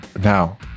Now